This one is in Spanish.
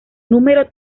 número